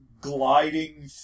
gliding